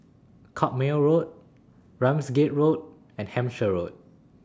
Carpmael Road Ramsgate Road and Hampshire Road